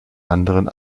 anderen